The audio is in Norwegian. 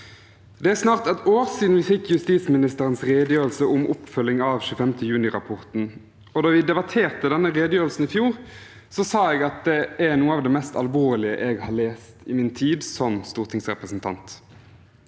Det er snart ett år siden vi fikk justisministerens redegjørelse om oppfølging av 25. juni-rapporten, og da vi debatterte denne redegjørelsen i fjor, sa jeg at det er noe av det mest alvorlige jeg har lest i min tid som stortingsrepresentant.